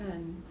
kan